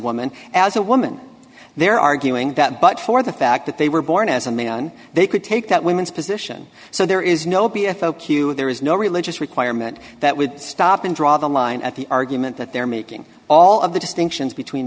woman as a woman they're arguing that but for the fact that they were born as a male and they could take that women's position so there is no p f o q there is no religious requirement that we stop and draw the line at the argument that they're making all of the